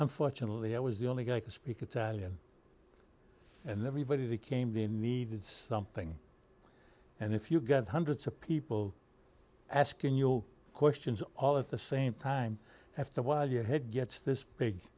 unfortunately i was the only guy to speak italian and everybody became they needed something and if you got hundreds of people asking you questions all at the same time after a while your head gets this big